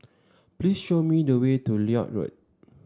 please show me the way to Lloyd Road